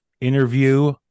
interview